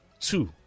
two